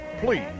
please